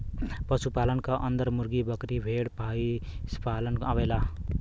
पशु पालन क अन्दर मुर्गी, बकरी, भेड़, भईसपालन आवेला